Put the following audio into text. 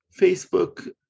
Facebook